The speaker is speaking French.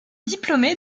diplômé